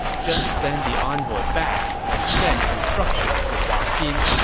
just send the envoy back and send instructions to hua xin.